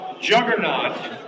juggernaut